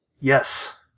yes